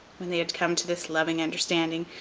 when they had come to this loving understanding,